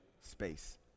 space